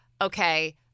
okay